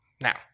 Now